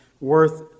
worth